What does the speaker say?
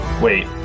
Wait